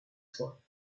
soins